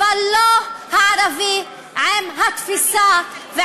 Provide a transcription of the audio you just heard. אבל לא הערבי עם התפיסה ועם ההרגשה,